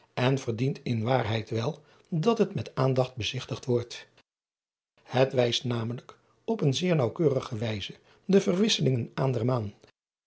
en verdient in waarheid wel dat het met aandacht bezigtigd wordt et wijst namelijk op een zeer naauw